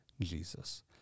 Jesus